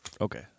Okay